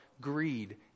Greed